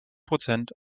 prozent